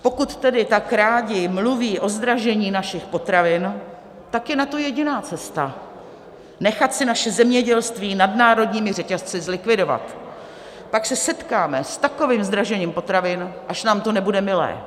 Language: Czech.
Pokud tedy tak rádi mluví o zdražení našich potravin, tak je na to jediná cesta: nechat si naše zemědělství nadnárodními řetězci zlikvidovat, pak se setkáme s takovým zdražením potravin, až nám to nebude milé.